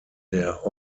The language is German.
der